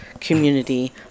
community